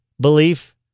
belief